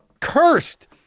Cursed